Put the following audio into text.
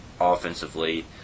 offensively